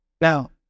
Now